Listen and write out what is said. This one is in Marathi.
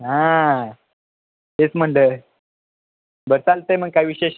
हां तेच म्हणलं बरं चालतं आहे मग काय विशेष